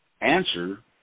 answer